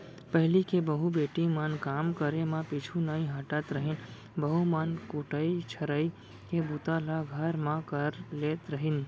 पहिली के बहू बेटी मन काम करे म पीछू नइ हटत रहिन, बहू मन कुटई छरई के बूता ल घर म कर लेत रहिन